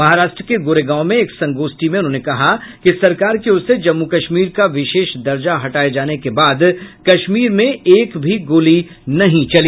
महाराष्ट्र के गोरेगांव में एक संगोष्ठी में उन्होंने कहा कि सरकार की ओर से जम्मू कश्मीर का विशेष दर्जा हटाये जाने के बाद कश्मीर में एक भी गोली नहीं चली